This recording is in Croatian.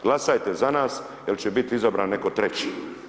Glasajte za nas jer će biti izabran netko treći.